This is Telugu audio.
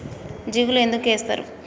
జిలుగు ఎందుకు ఏస్తరు?